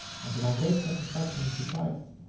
and, to my great satisfaction and surprise,